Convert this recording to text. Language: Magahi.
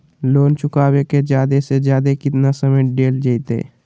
लोन चुकाबे के जादे से जादे केतना समय डेल जयते?